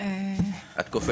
אימאן חטיב